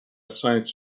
science